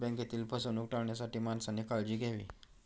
बँकेतील फसवणूक टाळण्यासाठी माणसाने काळजी घ्यावी